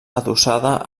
adossada